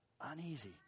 Uneasy